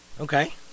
okay